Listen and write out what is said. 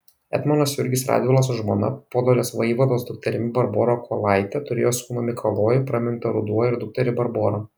etmonas jurgis radvila su žmona podolės vaivados dukterimi barbora kuolaite turėjo sūnų mikalojų pramintą ruduoju ir dukterį barborą